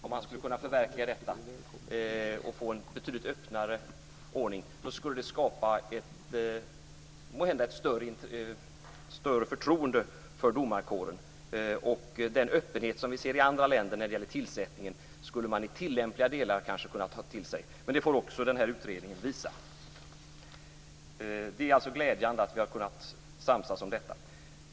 Om man skulle kunna förverkliga detta och få en betydligt öppnare ordning, skulle det måhända skapa ett större förtroende för domarkåren. Den öppenhet vid tillsättningen som finns i andra länder skulle man kanske kunna ta till sig i tillämpliga delar. Men det får den här utredningen visa. Det är alltså glädjande att vi har kunnat samsas om detta.